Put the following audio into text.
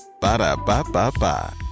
Ba-da-ba-ba-ba